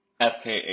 FKA